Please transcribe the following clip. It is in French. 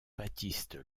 baptiste